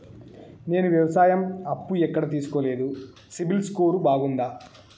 నేను వ్యవసాయం అప్పు ఎక్కడ తీసుకోలేదు, సిబిల్ స్కోరు బాగుందా?